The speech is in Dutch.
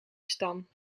stam